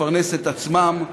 לפרנס את עצמם,